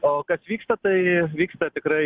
o kas vyksta tai vyksta tikrai